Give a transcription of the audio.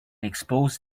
expose